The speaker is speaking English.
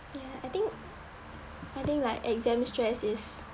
yeah I think I think like exam stress is